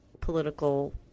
political